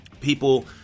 people